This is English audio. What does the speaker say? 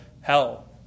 hell